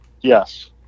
Yes